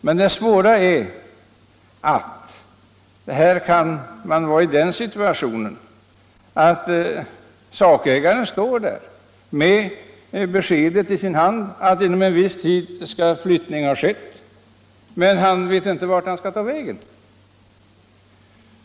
Men svårigheterna uppstår ju om sakägaren står där med ett besked i sin hand att han skall ha flyttat inom en viss tid men inte vet vart han skall ta vägen.